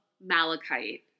Malachite